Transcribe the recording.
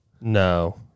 No